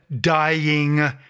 dying